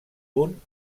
punt